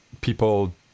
people